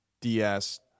DS